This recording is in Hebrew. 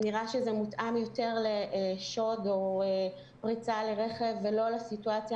נראה שזה מותאם יותר לשוד או פריצה לרכב ולא לסיטואציה